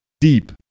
deep